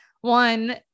one